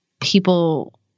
people